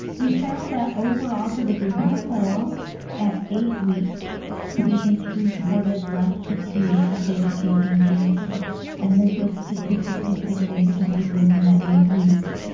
we found that overall for the group as a whole at eight weeks patients reported less fatigue if they were taking ginseng and this was statistically significantly different at eight weeks.